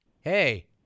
Hey